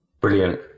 Brilliant